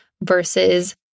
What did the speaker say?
versus